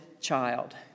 child